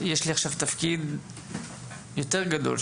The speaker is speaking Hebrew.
ויש לי עכשיו תפקיד יותר גדול,